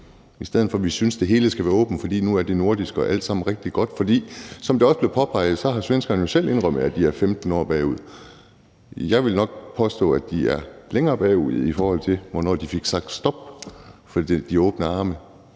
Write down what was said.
i stedet for at vi synes, at det hele skal være åbent, for nu er det nordisk og alt sammen rigtig godt. For som det også blev påpeget, har svenskerne jo selv indrømmet, at de er 15 år bagud. Jeg vil nok påstå, at de er længere bagud, i forhold til hvornår de fik sagt stop for de åbne arme.